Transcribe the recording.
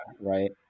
right